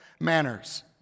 manners